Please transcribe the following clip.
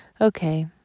okay